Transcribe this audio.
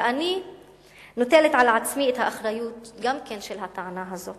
ואני נוטלת על עצמי את האחריות גם כן לטענה הזאת.